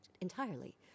entirely